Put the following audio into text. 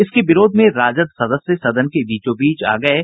इसके विरोध में राजद सदस्य सदन के बीचोबीच आ गये